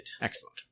Excellent